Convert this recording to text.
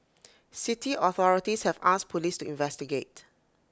city authorities have asked Police to investigate